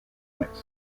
mexico